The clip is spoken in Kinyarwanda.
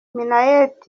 minnaert